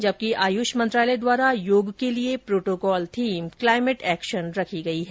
जबकि आयुष मंत्रालय द्वारा योग के लिये प्रोटोकॉल थीम क्लाईमेट एक्शन रखी गई है